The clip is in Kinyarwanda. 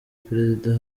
perezida